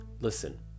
listen